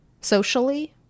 socially